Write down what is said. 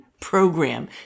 program